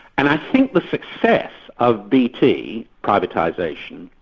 and i think the success of bt privatisation,